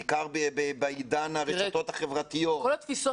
בעיקר בעידן הרשתות החברתיות --- כל התפיסות